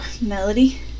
Melody